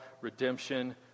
redemption